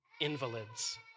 invalids